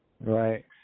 Right